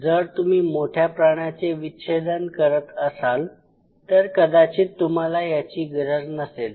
जर तुम्ही मोठ्या प्राण्याचे विच्छेदन करत असाल तर कदाचित तुम्हाला याची गरज नसेल